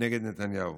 כלפי נתניהו.